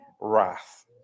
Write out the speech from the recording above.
wrath